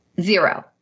zero